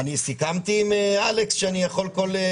זה לא מה שאני אומר.